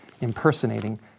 impersonating